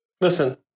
Listen